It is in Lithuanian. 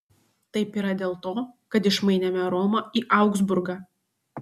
taip yra dėl to kad išmainėme romą į augsburgą